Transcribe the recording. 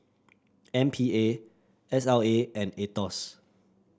M P A S L A and Aetos